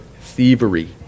thievery